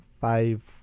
five